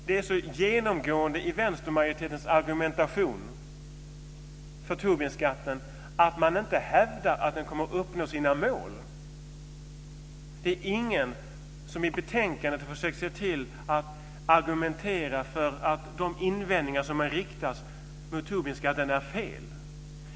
Det är ju så genomgående i vänstermajoritetens argumentation för Tobinskatten att man inte hävdar att den kommer att uppnå sina mål. Det är ingen som i betänkandet försökt argumentera för att de invändningar som riktats mot Tobinskatten är felaktiga.